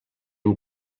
amb